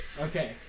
Okay